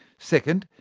second,